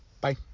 Bye